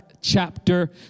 chapter